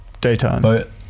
Daytime